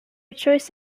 choice